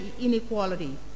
inequality